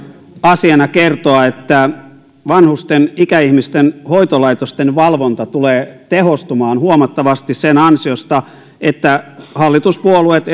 asiana kertoa että vanhusten ikäihmisten hoitolaitosten valvonta tulee tehostumaan huomattavasti sen ansiosta että hallituspuolueet